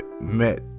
met